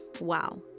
Wow